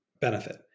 benefit